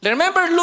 Remember